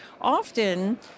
Often